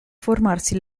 formarsi